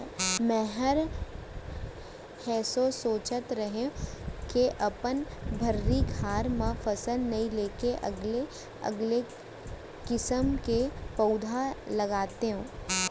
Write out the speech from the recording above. मैंहर एसो सोंचत रहें के अपन भर्री खार म फसल नइ लेके अलगे अलगे किसम के पउधा लगातेंव